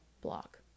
block